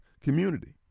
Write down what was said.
community